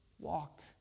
walk